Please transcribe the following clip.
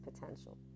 potential